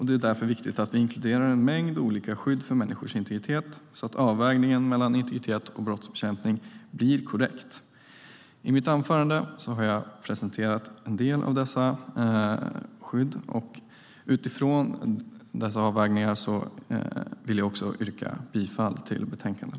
Det är därför viktigt att vi inkluderar en mängd olika skydd för människors integritet så att avvägningen mellan integritet och brottsbekämpning blir korrekt. I mitt anförande har jag presenterat en del av dessa skydd. Utifrån dessa avvägningar vill jag yrka bifall till förslaget i betänkandet.